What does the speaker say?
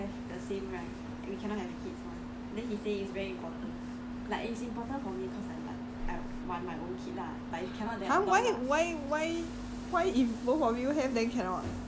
ah I got tell you lah cos if we both have the same right we cannot have kids [one] then he say it's very important like it's important for me cause like I want my own kid lah but if cannot then I will adopt lah